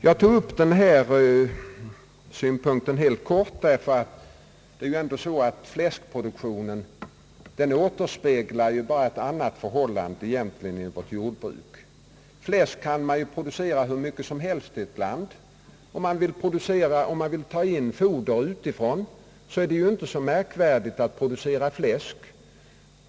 Jag tog upp denna synpunkt helt kort, ty det är ju ändå så att fläskproduktionen egentligen bara återspeglar ett annat förhållande inom vårt jordbruk. Man kan i ett land producera hur mycket fläsk som helst. Om man vill införa foder utifrån, är det inte något märkvärdigt att producera fläsk.